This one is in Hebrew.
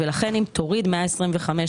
אתה יכול לתת לי דוגמה להוצאה מותנית